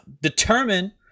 determine